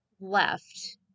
left